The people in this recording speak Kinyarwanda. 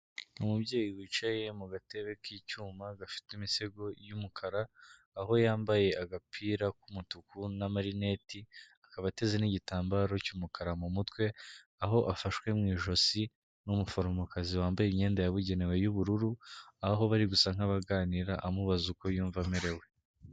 Umubyeyi wicaye mu gatebe k'icyuma gafite imisego y'umukara, aho yambaye agapira k'umutuku n'amarineti, akaba ateze n'igitambaro cy'umukara mu mutwe, aho afashwe mu ijosi n'umuforomokazi wambaye imyenda yabugenewe y'ubururu, aho bari gusa nk'abaganira amubaza uko yumva amerewe.